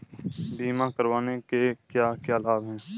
बीमा करवाने के क्या क्या लाभ हैं?